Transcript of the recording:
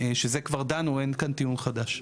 שעל זה כבר דנו, אין כאן טיעון חדש.